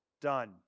done